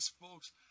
folks